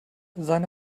seine